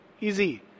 easy